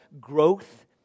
growth